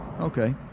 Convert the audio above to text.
Okay